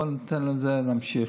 בואו ניתן לזה להמשיך.